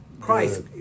Christ